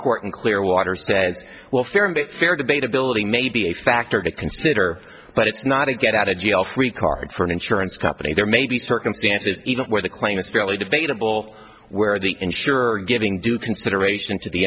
court in clearwater says welfare and it's fair to bait ability may be a factor to consider but it's not a get out of jail free card for an insurance company there may be circumstances where the claim is fairly debatable where the insurer giving due consideration to the